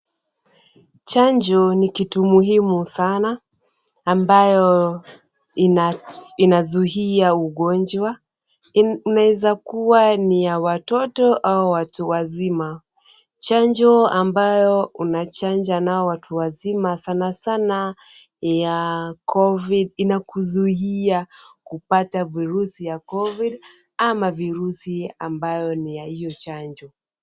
Chanjo ni kitu muhimu sana ambayo inazuia ugonjwa, unaeza kuwa ni ya watoto au watu wazima. Chanjo ambayo unachanja nayo watu wazima sana sana ya Covid inakuzuia kupata virusi ya Covid ama virusi ambayo ni ya hiyo chanjo.